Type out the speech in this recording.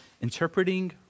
Interpreting